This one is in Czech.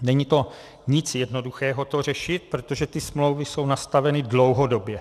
Není to nic jednoduchého to řešit, protože ty smlouvy jsou nastaveny dlouhodobě.